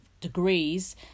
degrees